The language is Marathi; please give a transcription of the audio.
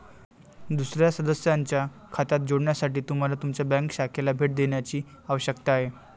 दुसर्या सदस्याच्या खात्यात जोडण्यासाठी तुम्हाला तुमच्या बँक शाखेला भेट देण्याची आवश्यकता आहे